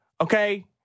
Okay